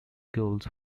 goals